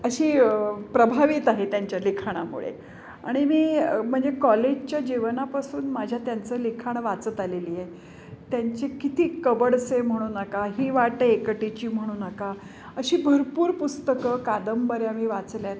अशी प्रभावित आहे त्यांच्या लिखाणामुळे आणि मी म्हणजे कॉलेजच्या जीवनापासून माझ्या त्यांचं लिखाणं वाचत आलेली आहे त्यांची किती कवडसे म्हणून नका ही वाट एकटीची म्हणून नका अशी भरपूर पुस्तकं कादंबऱ्या मी वाचल्यात